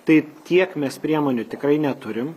tai tiek mes priemonių tikrai neturim